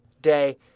day